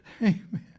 Amen